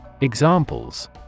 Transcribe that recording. Examples